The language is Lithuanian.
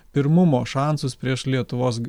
pirmumo šansus prieš lietuvos